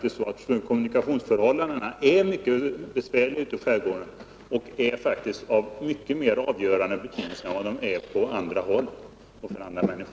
Kommunikationsförhållandena är mycket besvärliga i skärgårdarna och är där av mycket mer avgörande betydelse än på många andra håll.